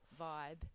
vibe